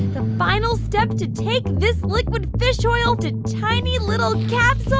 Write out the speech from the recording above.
the final step to take this liquid fish oil to tiny, little capsules.